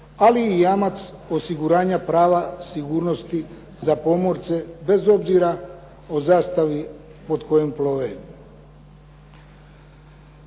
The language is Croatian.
ali i jamac osiguranja prava sigurnosti za pomorce bez obzira o zastavi pod kojom plove.